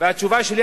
והתשובה שלי,